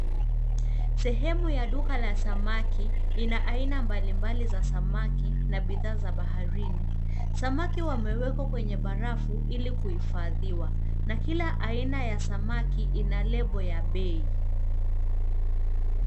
Sehemu ya duka la samaki ina aina mbalimbali za samaki na bidhaa za baharini. Samaki wamewekwa kwenye barafu ili kuhifadhiwa na kila aina ya samaki ina lebo ya bei.